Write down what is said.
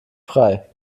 frei